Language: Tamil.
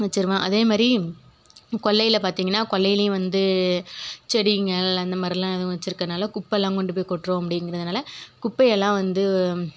வச்சுருவேன் அதே மாதிரி கொல்லையை பார்த்திங்ன்னா கொல்லையும் வந்து செடிங்கள் அந்த மாதிரிலாம் வச்சுருக்குறனால குப்பையெலாம் கொண்டு போய் கொட்டுகிறோம் அப்படிங்குறதுனால குப்பையெல்லாம் வந்து